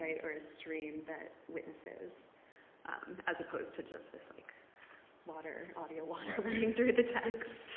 or a stream that witnesses as opposed to just this like water, audio water running through the text.